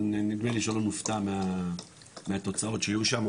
אבל נדמה לי שלא נופתע מהתוצאות שיהיו שם,